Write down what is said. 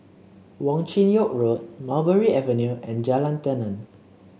Wong Chin Yoke Road Mulberry Avenue and Jalan Tenon